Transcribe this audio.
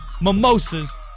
Mimosas